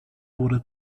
wurde